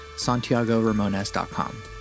SantiagoRamones.com